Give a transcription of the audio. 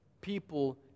people